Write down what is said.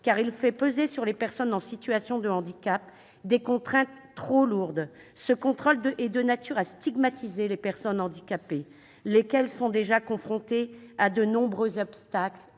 car il fait peser sur les personnes en situation de handicap des contraintes trop lourdes. Il est de nature à stigmatiser les personnes handicapées, lesquelles sont déjà confrontées à de nombreux obstacles